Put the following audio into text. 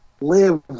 live